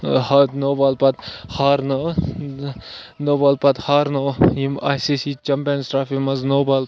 ہار no ball پَتہٕ ہارنو نو بال پَتہٕ ہارنو ییٚمۍ I C C champions trophy منٛز نو بال